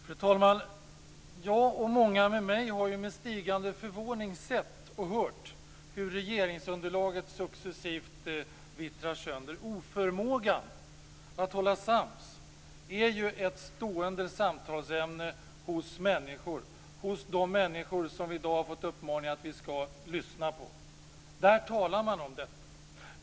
Fru talman! Jag och många med mig har med stigande förvåning sett och hört hur regeringsunderlaget successivt vittrar sönder. Oförmågan att hålla sams är ju ett stående samtalsämne hos de människor som vi i dag fått uppmaningen att vi skall lyssna på. Där talar man om detta.